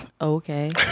Okay